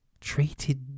treated